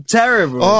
terrible